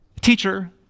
Teacher